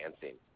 dancing